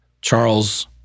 Charles